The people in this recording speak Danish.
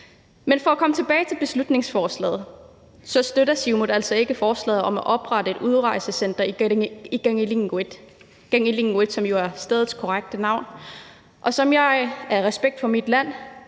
For at komme tilbage til beslutningsforslaget vil jeg sige, at Siumut altså ikke støtter forslaget om at oprette et udrejsecenter i Kangilinnguit, som jo er stedets korrekte navn, og som jeg i respekt for mit land